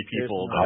people